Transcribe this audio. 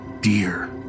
dear